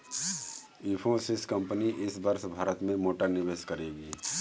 Infosys company इस वर्ष भारत में मोटा निवेश करेगी